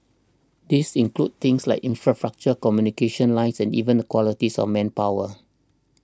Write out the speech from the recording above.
these include things like infrastructure communication lines and even the qualities of manpower